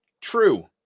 true